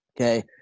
Okay